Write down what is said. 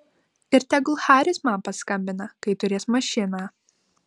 ir tegul haris man paskambina kai turės mašiną